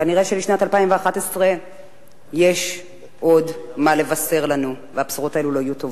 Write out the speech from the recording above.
כנראה לשנת 2011 יש עוד מה לבשר לנו והבשורות האלה לא יהיו טובות.